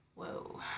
Whoa